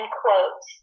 quote